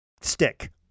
stick